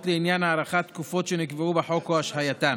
לעניין הארכת תקופות שנקבעו בחוק או השהייתן.